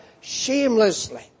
shamelessly